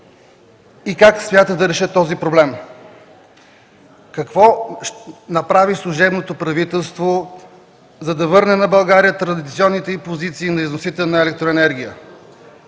и как смятат да решат този проблем? Какво направи служебното правителство, за да върне на България традиционните й позиции на износител на електроенергия?